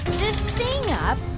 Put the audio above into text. this thing up